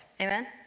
Amen